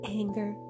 anger